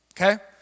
Okay